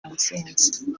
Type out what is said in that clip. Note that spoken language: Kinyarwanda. ntsinzi